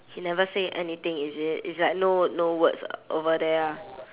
he never say anything is it it's like no no words over there ah